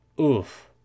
oof